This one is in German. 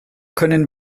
können